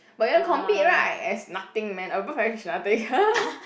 but you wanna compete right that's nothing man above average is nothing